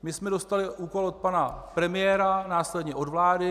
My jsme dostali úkol od pana premiéra, následně od vlády.